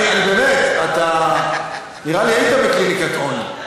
באמת נראה לי שהיית ב"קליניקה און".